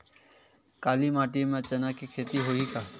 काली माटी म चना के खेती होही का?